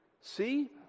See